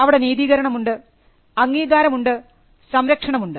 അവിടെ നീതികരണം ഉണ്ട് അംഗീകാരം ഉണ്ട് സംരക്ഷണം ഉണ്ട്